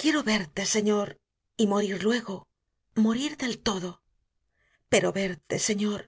quiero verte señor y morir luego morir del todo pero verte señor